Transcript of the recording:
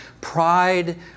Pride